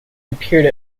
appeared